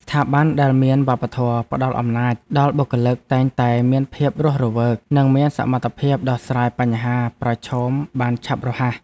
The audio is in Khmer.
ស្ថាប័នដែលមានវប្បធម៌ផ្តល់អំណាចដល់បុគ្គលិកតែងតែមានភាពរស់រវើក និងមានសមត្ថភាពដោះស្រាយបញ្ហាប្រឈមបានឆាប់រហ័ស។